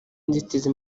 nzitizi